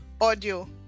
audio